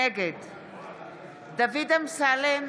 נגד דוד אמסלם,